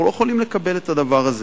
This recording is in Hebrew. אנחנו לא יכולים לקבל את הדבר הזה.